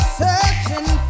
searching